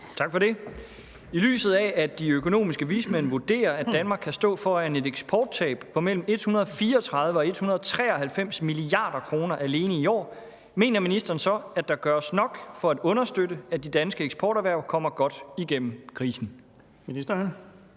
Tak for det. I lyset af, at de økonomiske vismænd vurderer, at Danmark kan stå foran et eksporttab på mellem 134 og 193 mia. kr. alene i år, mener ministeren så, at der gøres nok for at understøtte, at de danske eksporterhverv kommer godt igennem krisen? Kl.